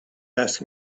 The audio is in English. ask